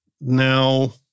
now